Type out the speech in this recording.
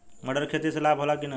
मटर के खेती से लाभ होला कि न?